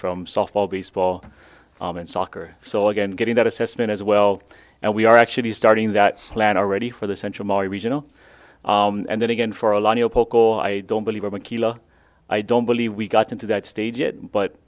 from softball baseball and soccer so again getting that assessment as well and we are actually starting that plan already for the central regional and then again for a lot i don't believe i don't believe we've gotten to that stage yet but